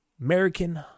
American